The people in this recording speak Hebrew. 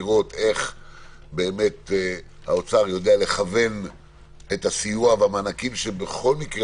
לראות איך האוצר יודע לכוון את הסיוע והמענקים שבכל מקרה